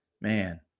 Man